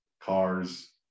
cars